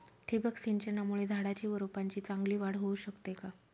ठिबक सिंचनामुळे झाडाची व रोपांची चांगली वाढ होऊ शकते का?